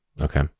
Okay